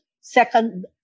second